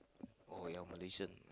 oh you are Malaysian